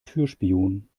türspion